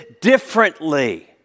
differently